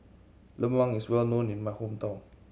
lemang is well known in my hometown